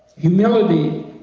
humility,